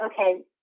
okay